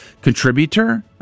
contributor